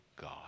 God